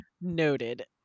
Noted